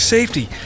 Safety